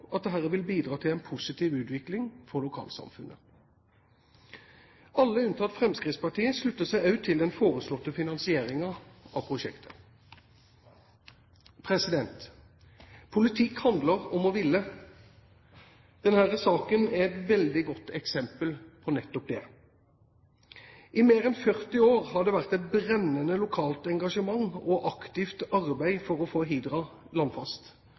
at dette vil bidra til en positiv utvikling for lokalsamfunnet. Alle unntatt Fremskrittspartiet slutter seg også til den foreslåtte finansieringen av prosjektet. Politikk handler om å ville. Denne saken er et veldig godt eksempel på nettopp det. I mer enn 40 år har det vært et brennende lokalt engasjement og et aktivt arbeid for å få Hidra landfast.